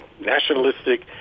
nationalistic